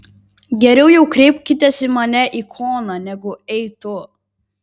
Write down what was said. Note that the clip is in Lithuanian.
geriau jau kreipkitės į mane ikona negu ei tu